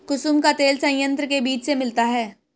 कुसुम का तेल संयंत्र के बीज से मिलता है